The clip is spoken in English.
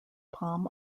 palm